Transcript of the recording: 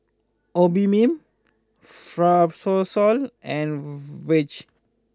Obimin Fibrosol and Vichy